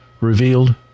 revealed